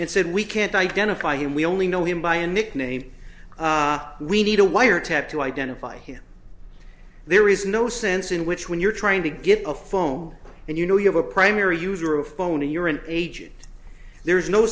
it said we can't identify him we only know him by a nickname we need a wiretap to identify him there is no sense in which when you're trying to get a phone and you know you have a primary user of phone and you're an agent there is no